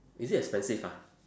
is it expensive ah